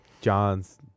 john's